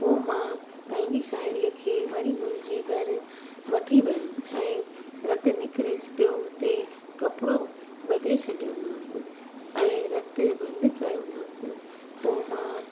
पोइ मां पंहिंजी साहेड़ीअ खे वरी मुंहिंजे घर वठी वयमि ऐं रत निकिरेसि पियो उते कपिड़ो बधे छॾियोमांसि ऐं रत बंदि कयोमांसि पोइ मां